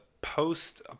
post